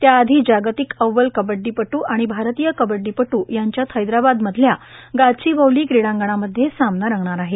त्याआधी जागतिक अव्वल कबड्डी पट्टू आणि भारतीय कवड्डी पटू यांच्यात हैदराबाद मधल्या गाचीबौली क्रीडांगणामध्ये सामना रंगणार आहे